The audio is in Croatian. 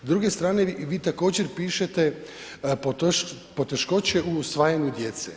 S druge strane vi također pišete, poteškoće u usvajanju djece.